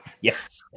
Yes